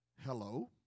Hello